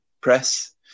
press